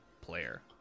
player